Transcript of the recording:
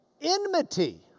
Enmity